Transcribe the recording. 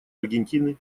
аргентины